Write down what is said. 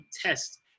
test